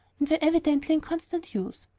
and were evidently in constant use.